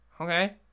okay